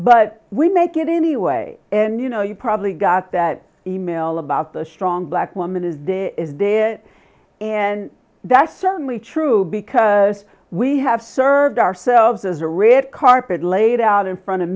but we make it anyway and you know you probably got that e mail about the strong black woman is there and that's certainly true because we have served ourselves as a red carpet laid out in front of